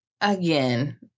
again